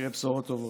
שיהיו בשורות טובות.